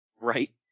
Right